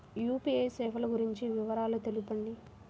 UPI సేవలు గురించి వివరాలు తెలుపండి?